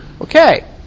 Okay